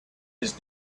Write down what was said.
his